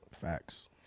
facts